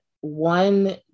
one